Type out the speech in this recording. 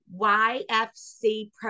YFC